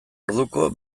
orduko